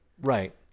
Right